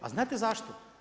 A znate zašto?